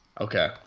Okay